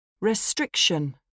Restriction